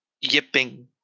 Yipping